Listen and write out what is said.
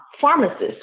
Pharmacists